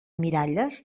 miralles